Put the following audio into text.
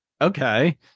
okay